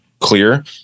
clear